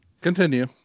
continue